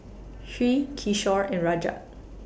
Hri Kishore and Rajat